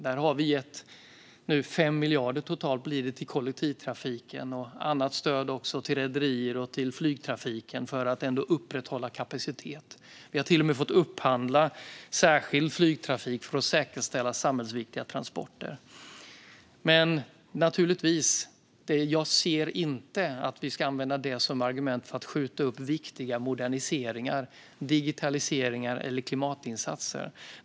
Där har vi nu gett totalt 5 miljarder till kollektivtrafiken och annat stöd till rederier och flygtrafiken för att upprätthålla kapacitet. Vi har till och med fått upphandla särskild flygtrafik för att säkerställa samhällsviktiga transporter. Jag ser naturligtvis inte detta som ett argument för att skjuta upp viktiga moderniseringar, digitaliseringar eller klimatinsatser.